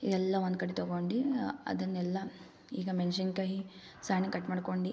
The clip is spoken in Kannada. ಇದೆಲ್ಲ ಒಂದ್ಕಡೆ ತಗೊಂಡು ಅದನ್ನೆಲ್ಲ ಈಗ ಮೆಣಸಿನ್ಕಾಯಿ ಸಣ್ಣಗೆ ಕಟ್ ಮಾಡ್ಕೊಂಡು